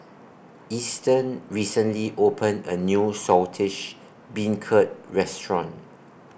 Easton recently opened A New Saltish Beancurd Restaurant